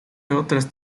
otras